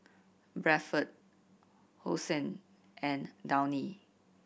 Bradford Hosen and Downy